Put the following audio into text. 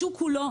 השוק הוא לא,